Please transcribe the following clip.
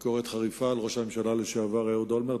ביקורת חריפה על ראש הממשלה לשעבר אהוד אולמרט.